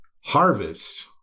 harvest